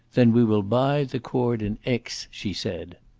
then we will buy the cord in aix, she said.